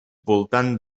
voltant